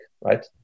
right